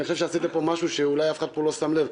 אני חושב שעשיתם פה משהו שאולי אף אחד פה לא שם לב,